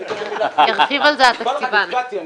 בבקשה.